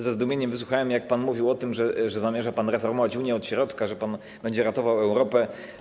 Ze zdumieniem wysłuchałem, jak pan mówił o tym, że zamierza pan reformować Unię od środka, że pan będzie ratował Europę.